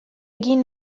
egin